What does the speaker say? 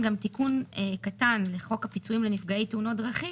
גם תיקון קטן לחוק הפיצויים לנפגעי תאונות דרכים.